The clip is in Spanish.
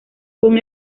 con